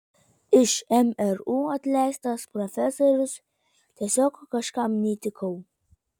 iš mru atleistas profesorius tiesiog kažkam neįtikau